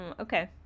Okay